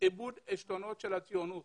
איבוד עשתונות של הציונות